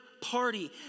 party